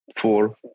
four